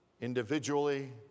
individually